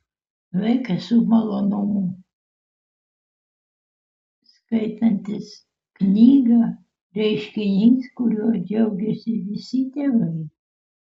vaikas su malonumu skaitantis knygą reiškinys kuriuo džiaugiasi visi tėvai